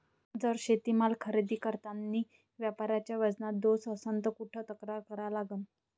जर शेतीमाल खरेदी करतांनी व्यापाऱ्याच्या वजनात दोष असन त कुठ तक्रार करा लागन?